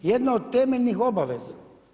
Jedna od temeljnih obaveza.